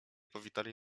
powitali